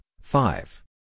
five